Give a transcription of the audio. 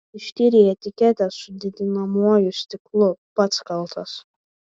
neištyrei etiketės su didinamuoju stiklu pats kaltas